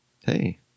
Hey